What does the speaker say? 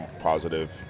positive